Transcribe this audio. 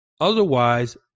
Otherwise